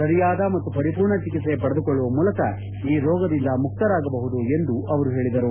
ಸರಿಯಾದ ಮತ್ತು ಪರಿಪೂರ್ಣ ಚಿಕಿತ್ತೆ ಪಡೆದುಕೊಳ್ಳುವ ಮೂಲಕ ಈ ರೋಗದಿಂದ ಮುಕ್ತರಾಗಬಹುದು ಎಂದು ಹೇಳಿದರು